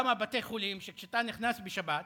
כמה בתי-חולים שכשאתה נכנס בשבת